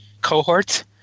cohorts